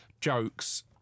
jokes